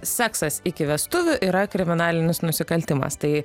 seksas iki vestuvių yra kriminalinis nusikaltimas tai